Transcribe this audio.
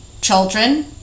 children